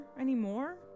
anymore